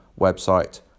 website